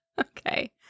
Okay